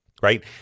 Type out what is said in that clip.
Right